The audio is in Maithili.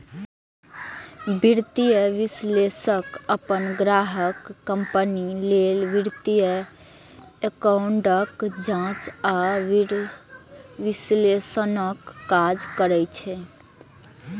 वित्तीय विश्लेषक अपन ग्राहक कंपनी लेल वित्तीय आंकड़ाक जांच आ विश्लेषणक काज करै छै